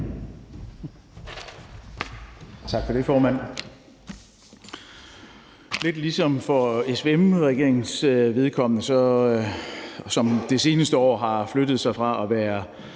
Tak for ordet, formand.